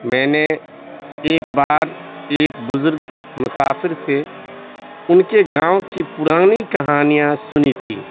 میں نے ایک بار ایک بزرگ مسافر سے ان کے گاؤں کی پرانی کہانیاں سنی تھی